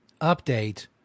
update